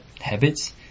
habits